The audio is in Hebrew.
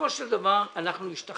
בסופו של דבר, אנחנו השתכנענו,